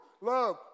love